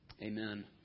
Amen